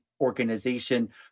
organization